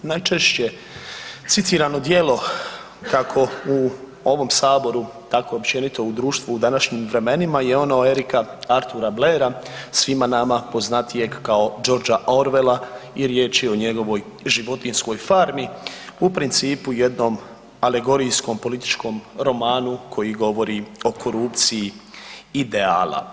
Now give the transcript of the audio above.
Najčešće citirano djelo kako u ovom Saboru tako općenito u društvu u današnjim vremenima je ono Erica Arthura Blaira, svima nama poznatijeg kao Georgea Orwella i riječ je o njegovoj „Životinjskoj farmi“ u principu jednom alegorijskom političkom romanu koji govori o korupciji ideala.